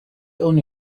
only